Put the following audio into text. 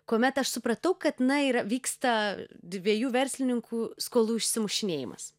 kuomet aš supratau kad na yra vyksta dviejų verslininkų skolų išsimušinėjimas